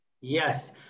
Yes